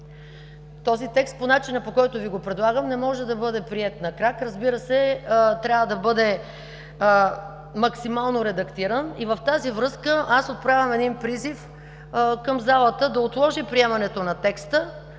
Този текст по начина, по който Ви го предлагам, не може да бъде приет на крак. Разбира се, трябва да бъде максимално редактиран. В тази връзка аз отправям един призив към залата да отложи приемането на текста,